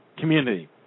community